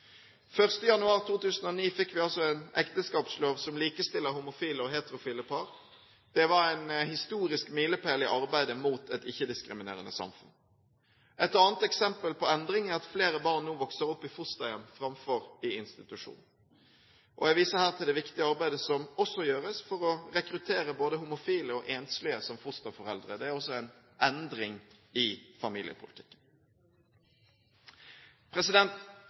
januar 2009 fikk vi en ekteskapslov som likestiller homofile og heterofile par. Det var en historisk milepæl i arbeidet mot et ikke-diskriminerende samfunn. Et annet eksempel på endring er at flere barn nå vokser opp i fosterhjem framfor i institusjon. Jeg viser her til det viktige arbeidet som gjøres for å rekruttere både homofile og enslige som fosterforeldre. Det er også en endring i